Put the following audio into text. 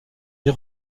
des